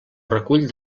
recull